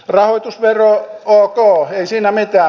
rahoitusvero ok ei siinä mitään